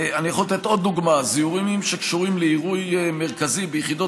אני יכול לתת עוד דוגמה: זיהומים שקשורים לעירוי מרכזי ביחידות